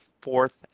fourth